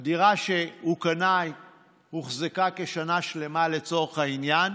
הדירה שהא קנה הוחזקה כשנה שלמה, לצורך העניין,